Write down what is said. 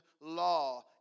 law